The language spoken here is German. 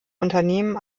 unternehmen